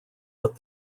but